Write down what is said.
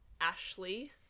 Ashley